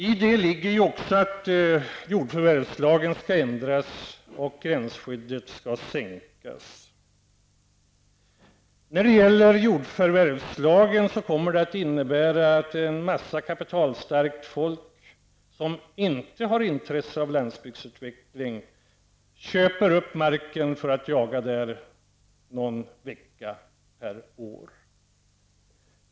I den ligger också att jordförvärvslagen skall ändras och gränsskyddet sänkas. Ändringen av jordförvärvslagen kommer att innebära att en massa kapitalstarkt folk, som inte har intresse av landsbygdsutveckling, köper upp marken för att jaga där någon vecka per år.